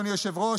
אדוני היושב-ראש,